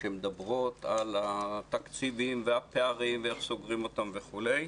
שמדברות על התקציבים והפערים ואיך סוגרים אותם וכו'.